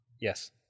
yes